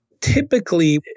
Typically